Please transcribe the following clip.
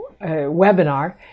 webinar